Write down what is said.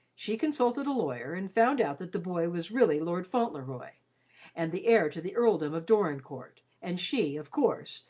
she consulted a lawyer and found out that the boy was really lord fauntleroy and the heir to the earldom of dorincourt and she, of course,